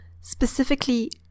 specifically